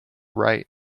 right